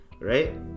right